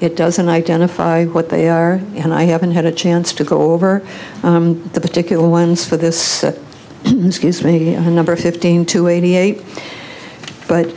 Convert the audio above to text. it doesn't identify what they are and i haven't had a chance to go over the particular ones for this gives me a number fifteen to eighty eight but